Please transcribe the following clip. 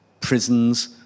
prisons